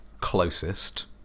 closest